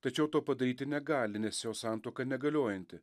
tačiau to padaryti negali nes jos santuoka negaliojanti